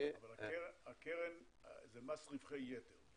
הקרן זה מס רווחי יתר.